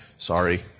Sorry